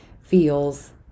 feels